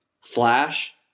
flash